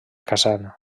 kazan